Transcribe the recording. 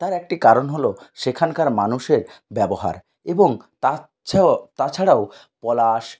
তার একটি কারণ হল সেখানকার মানুষের ব্যবহার এবং তাছা তাছাড়াও পলাশ